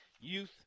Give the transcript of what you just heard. youth